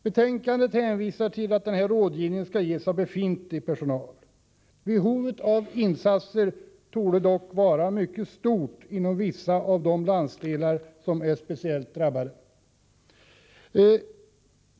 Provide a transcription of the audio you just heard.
Betänkandet hänvisar till att denna rådgivning skall ges av befintlig personal. Behovet av insatser torde dock vara mycket stort inom vissa av de landsdelar som är speciellt drabbade.